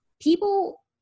People